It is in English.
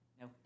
No